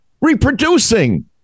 reproducing